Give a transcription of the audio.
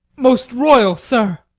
most royal sir!